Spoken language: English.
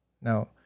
Now